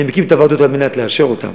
אני מקים את הוועדות על מנת לאשר אותן,